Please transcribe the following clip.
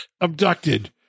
abducted